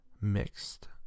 mixed